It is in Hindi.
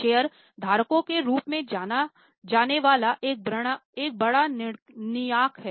शेयर धारकों के रूप में जाना जाने वाला एक बड़ा निकाय है